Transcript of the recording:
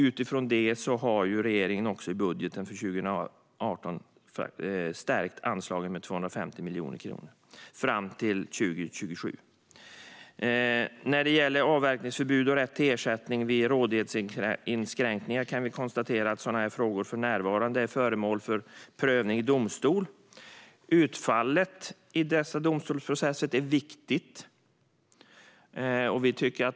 Utifrån detta har regeringen i budgeten för 2018 stärkt anslagen med 250 miljoner kronor fram till 2027. När det gäller avverkningsförbud och rätt till ersättning vid rådighetskränkningar kan vi konstatera att sådana frågor för närvarande är föremål för prövning i domstol. Utfallet av dessa domstolsprocesser är viktigt.